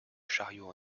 chariot